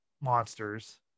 monsters